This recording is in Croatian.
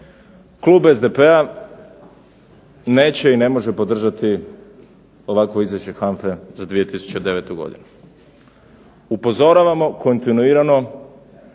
Klub SDP-a neće i ne može podržati ovakvo Izvješće HANFA-e za 2009. godinu. Upozoravamo kontinuirano